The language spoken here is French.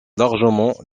largement